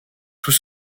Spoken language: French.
tout